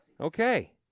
Okay